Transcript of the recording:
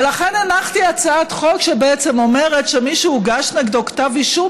ולכן הנחתי הצעת חוק שאומרת שמי שהוגש נגדו כתב אישום